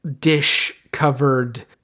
dish-covered